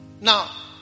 now